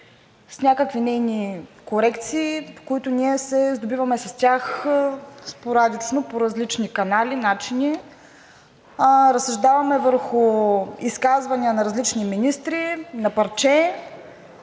с някакви нейни корекции, с които ние се сдобиваме спорадично по различни канали, начини, разсъждаваме върху изказвания на различни министри, на парче,